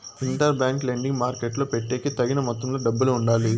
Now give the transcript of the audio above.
inter bank lending మార్కెట్టులో పెట్టేకి తగిన మొత్తంలో డబ్బులు ఉండాలి